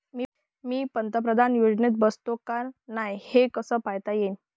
मी पंतप्रधान योजनेत बसतो का नाय, हे कस पायता येईन?